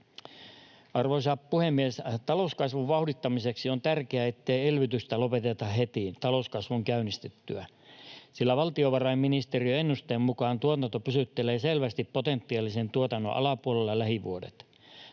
Arvoisa puhemies! Talouskasvun vauhdittamiseksi on tärkeää, ettei elvytystä lopeteta heti talouskasvun käynnistyttyä, sillä valtiovarainministeriön ennusteen mukaan tuotanto pysyttelee lähivuodet selvästi potentiaalisen tuotannon alapuolella.